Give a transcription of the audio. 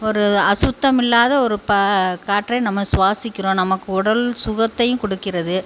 ஒரு அசுத்தம் இல்லாத ஒரு ப காற்றை நம்ம சுவாசிக்கிறோம் நமக்கு உடல் சுகத்தையும் கொடுக்கிறது